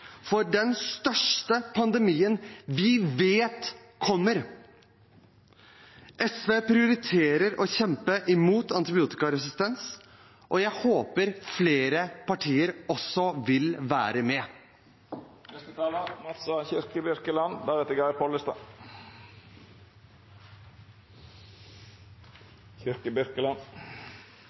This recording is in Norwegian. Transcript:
for den største pandemien vi vet kommer. SV prioriterer å kjempe mot antibiotikaresistens, og jeg håper flere partier vil være